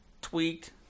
tweaked